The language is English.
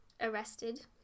arrested